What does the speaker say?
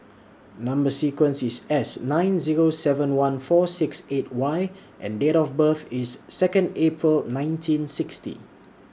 Number sequence IS S nine Zero seven one four six eight Y and Date of birth IS Second April nineteen sixty